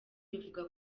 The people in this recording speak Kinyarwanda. bivuga